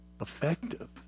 effective